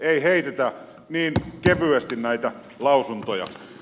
ei heitetä niin kevyesti näitä lausuntoja